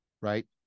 right